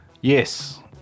yes